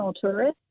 tourists